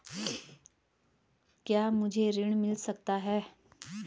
क्या मुझे कृषि ऋण मिल सकता है?